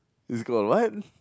he's got a lion